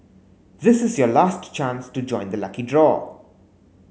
this is your last chance to join the lucky draw